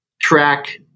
track